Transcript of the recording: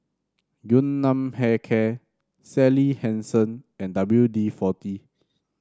Yun Nam Hair Care Sally Hansen and W D forty